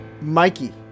Mikey